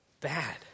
bad